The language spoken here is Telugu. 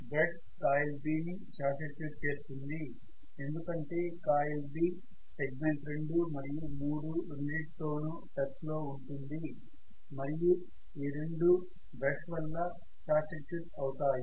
బ్రష్ కాయిల్ B ని షార్ట్ సర్క్యూట్ చేస్తుంది ఎందుకంటే కాయిల్ B సెగ్మెంట్ 2 మరియు 3 రెండింటి తోను టచ్ లో ఉంటుంది మరియు ఈ రెండూ బ్రష్ వల్ల షార్ట్ సర్క్యూట్ అవుతాయి